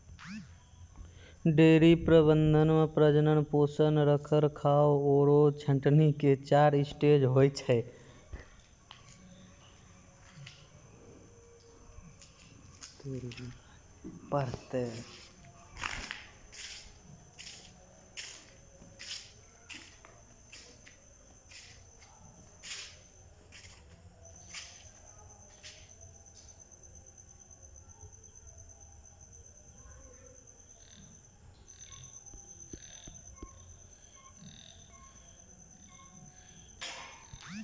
dairy प्रबंधन मॅ प्रजनन, पोषण, रखरखाव आरो छंटनी के चार स्टेज होय छै